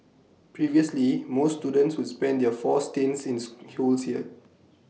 previously most students would spend their four stints in schools here